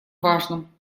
важном